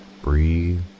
Breathe